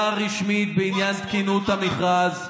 חקירה, ככה הם הרסו את מדינת ישראל.